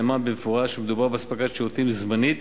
נאמר במפורש שמדובר באספקת שירותים זמנית